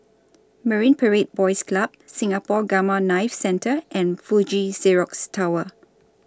Marine Parade Boys Club Singapore Gamma Knife Centre and Fuji Xerox Tower